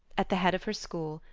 at the head of her school,